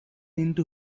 into